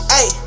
ay